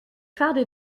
fardé